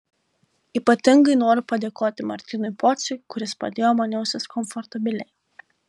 ypatingai noriu padėkoti martynui pociui kuris padėjo man jaustis komfortabiliai